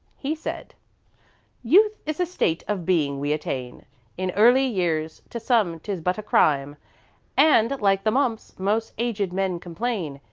he said youth is a state of being we attain in early years to some tis but a crime and, like the mumps, most aged men complain,